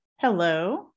Hello